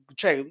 cioè